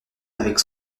avec